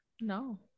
No